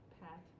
pat